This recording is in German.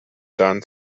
dan